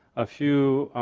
a few